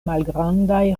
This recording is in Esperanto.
malgrandaj